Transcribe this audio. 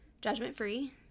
judgment-free